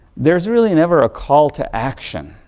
there's really never a call to action.